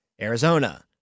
Arizona